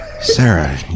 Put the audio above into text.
Sarah